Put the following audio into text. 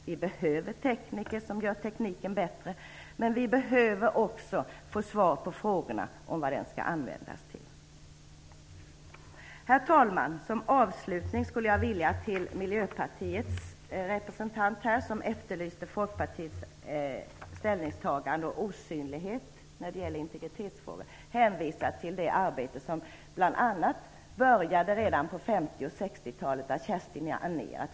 Vi behöver tekniker som gör tekniken bättre, men vi behöver också få svar på frågorna om vad tekniken skall användas till. Herr talman! Som avslutning skulle jag till Miljöpartiets representant, som efterlyste Folkpartiets ställningstagande och talade om osynlighet när det gäller integritetsfrågorna, vilja hänvisa till det arbete som började redan på 50 och 60-talen med Kerstin Anér.